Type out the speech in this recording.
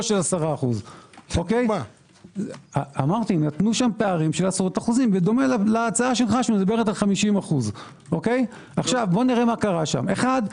לא 10%. בדומה להצעה שלך שמדברת על 50%. נראה מה קרה שם אחת,